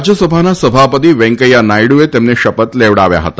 રાજ્યસભાના સભાપતિ વેંકૈયા નાયડુએ તેમણે શપથ લેવડાવ્યા હતા